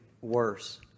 worse